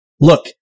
Look